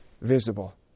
visible